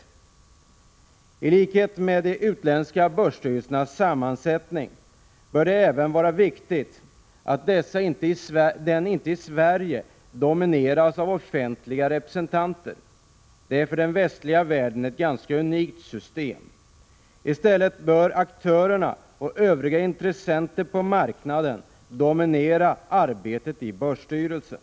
Det är viktigt att den svenska börsstyrelsen i likhet med de utländska börsernas styrelser inte domineras av offentliga representanter. Det är ett i den västliga världen ganska unikt system. I stället bör aktörerna och övriga intressenter på marknaden dominera arbetet i börsstyrelsen.